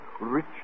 rich